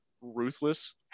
ruthless